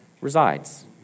resides